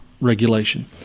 regulation